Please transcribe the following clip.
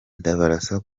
ndabarasa